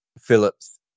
Phillips